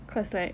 cause like